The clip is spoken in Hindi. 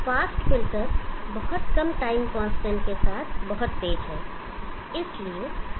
फास्ट फिल्टर बहुत कम टाइम कांस्टेंट के साथ बहुत तेज है